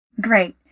Great